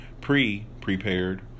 pre-prepared